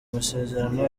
masezerano